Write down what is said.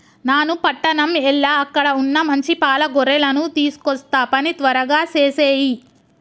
నాను పట్టణం ఎల్ల అక్కడ వున్న మంచి పాల గొర్రెలను తీసుకొస్తా పని త్వరగా సేసేయి